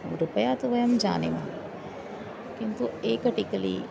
रुपया तु वयं जानीमः किन्तु एकटिकली